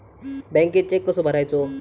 बँकेत चेक कसो भरायचो?